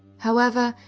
however,